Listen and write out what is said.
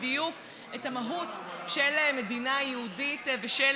בדיוק את המהות של מדינה יהודית ושל